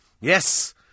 Yes